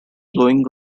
blowing